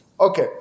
Okay